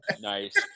Nice